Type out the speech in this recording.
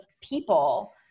people